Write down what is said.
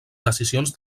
decisions